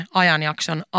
ajanjakson